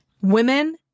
Women